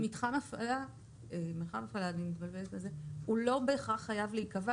מתחם הפעלה לא בהכרח חייב להיקבע,